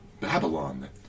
Babylon